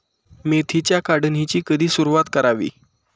मेथीच्या काढणीची कधी सुरूवात करावी?